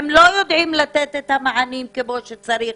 הם לא יודעים לתת את המענים כמו שצריך,